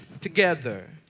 together